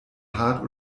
hart